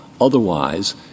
otherwise